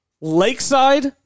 Lakeside